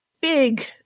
big